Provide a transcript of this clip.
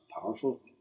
powerful